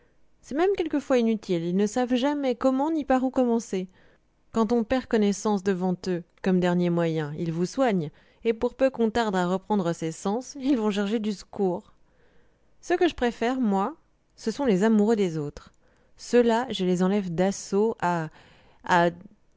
c'est même quelquefois inutile ils ne savent jamais comment ni par où commencer quand on perd connaissance devant eux comme dernier moyen ils vous soignent et pour peu qu'on tarde à reprendre ses sens ils vont chercher du secours ceux que je préfère moi ce sont les amoureux des autres ceux-là je les enlève d'assaut à